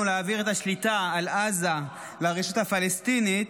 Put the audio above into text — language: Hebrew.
להעביר את השליטה על עזה לרשות הפלסטינית,